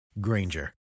Granger